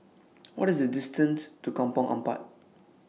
What IS The distance to Kampong Ampat